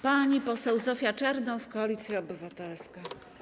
Pani poseł Zofia Czernow, Koalicja Obywatelska.